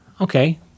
Okay